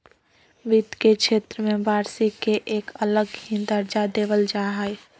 वित्त के क्षेत्र में वार्षिक के एक अलग ही दर्जा देवल जा हई